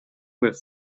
with